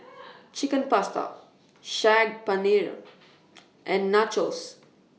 Chicken Pasta Saag Paneer and Nachos